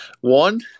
one